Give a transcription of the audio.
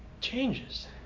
changes